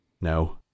no